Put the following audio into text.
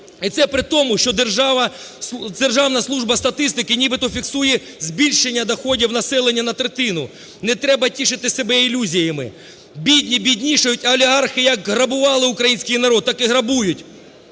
І це при тому, що Державна служба статистики нібито фіксує збільшення доходів населення на третину. Не треба тішити себе ілюзіями: бідні біднішають, а олігархи як грабували українських народ, так і грабують.